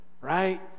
right